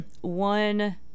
One